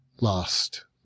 lost